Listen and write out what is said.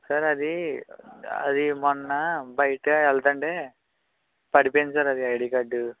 sir అదీ అది మొన్న బయట వెళ్తుంటే పడిపోయింది సార్ అది ఐడి కార్డు